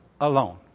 alone